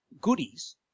goodies